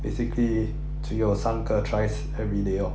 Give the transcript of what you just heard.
basically 只有三个 tries everyday orh